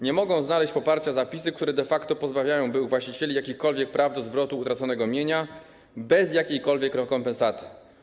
Nie mogą znaleźć poparcia zapisy, które de facto pozbawiają byłych właścicieli jakichkolwiek praw do zwrotu utraconego mienia bez jakiejkolwiek rekompensaty.